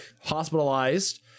Hospitalized